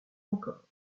encore